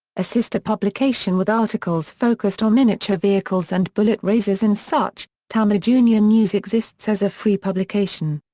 a sister publication with articles focused on miniature vehicles and bullet racers and such, tamiya junior news exists as a free publication.